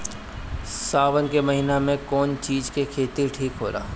सावन के महिना मे कौन चिज के खेती ठिक होला?